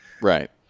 Right